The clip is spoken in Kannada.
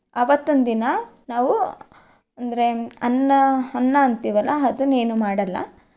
ಅವತ್ತು ಒಂದು ದಿನ ನಾವು ಅಂದರೆ ಅನ್ನ ಅನ್ನ ಅಂತೀವಲ್ಲ ಅದನ್ನ ಏನು ಮಾಡೋಲ್ಲ